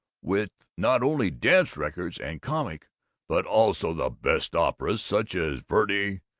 with not only dance records and comic but also the best operas, such as verdi,